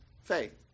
faith